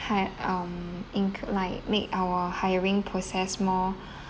hi~ um in k~ like make our hiring process more